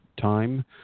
time